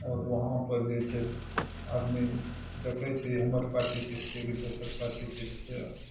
आओर वहाँपर जे छै आदमी देखै छिए हमर पार्टीके छिए कि दोसर पार्टीके छिए